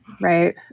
Right